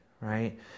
right